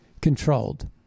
controlled